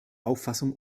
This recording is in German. auffassung